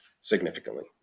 significantly